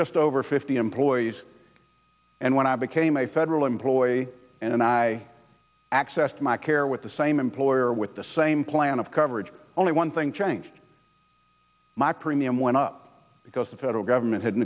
just over fifty employees and when i became a federal employee and i accessed my care with the same employer with the same plan of coverage only one thing changed my premium went up because the federal government had